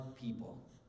people